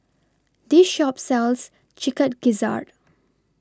This Shop sells Chicken Gizzard